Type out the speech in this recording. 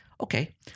Okay